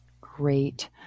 Great